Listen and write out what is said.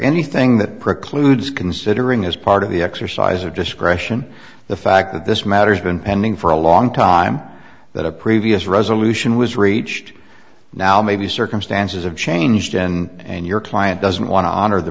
anything that precludes considering as part of the exercise of discretion the fact that this matter has been pending for a long time that a previous resolution was reached now maybe circumstances have changed and your client doesn't want to honor the